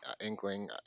inkling